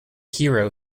hero